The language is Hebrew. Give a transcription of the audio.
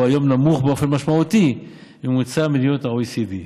והוא היום נמוך באופן משמעותי מממוצע מדינות ה-OECD,